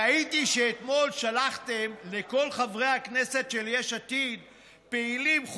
ראיתי שאתמול שלחתם לכל חברי הכנסת של יש עתיד פעילים,